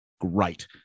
Great